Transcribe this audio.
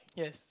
yes